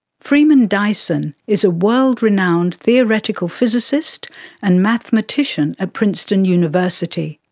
freeman dyson is a world-renowned theoretical physicist and mathematician at princeton university.